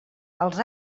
els